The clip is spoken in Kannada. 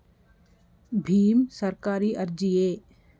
ಭೀಮ್ ಸರ್ಕಾರಿ ಅರ್ಜಿಯೇ?